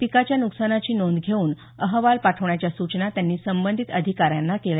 पिकाच्या न्कसानाची नोंद घेऊन अहवाल पाठवण्याच्या सूचना त्यांनी संबंधित अधिकाऱ्यांना दिल्या